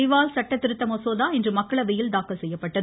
திவால் சட்ட திருத்த மசோதா இன்று மக்களவையில் தாக்கல் செய்யப்பட்டது